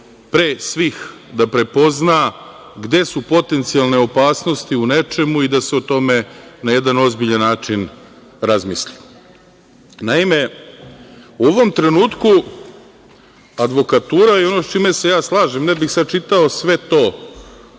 pre svih, da prepozna gde su potencijalne opasnosti u nečemu i da se o tome na jedan ozbiljan način razmisli. Naime, u ovom trenutku advokatura, ono sa čime se ja slažem, ne bih sad čitao sve to